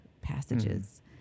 passages